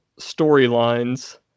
storylines